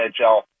NHL